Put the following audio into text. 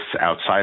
outside